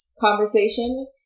conversation